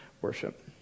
worship